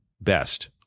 best